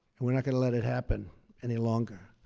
and we're not going to let it happen any longer.